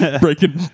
breaking